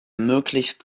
möglichst